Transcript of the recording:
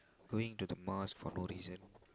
going to the Mars for no reason